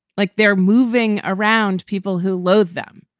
like they're moving. around people who love them,